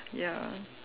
ya